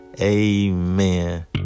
Amen